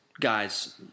guys